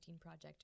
Project